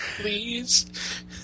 Please